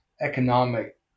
economic